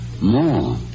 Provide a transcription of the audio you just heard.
More